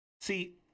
See